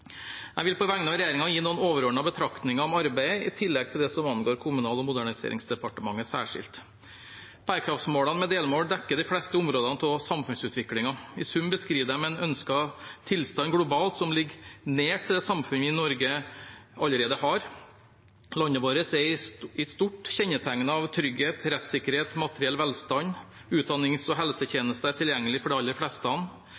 Jeg vil på vegne av regjeringen gi noen overordnede betraktninger om arbeidet, i tillegg til det som angår Kommunal- og moderniseringsdepartementet særskilt. Bærekraftsmålene med delmål dekker de fleste områdene av samfunnsutviklingen. I sum beskriver de en ønsket tilstand globalt som ligger nær det samfunnet vi i Norge allerede har. Landet vårt er i stort kjennetegnet av trygghet, rettssikkerhet og materiell velstand. Utdannings- og